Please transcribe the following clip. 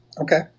Okay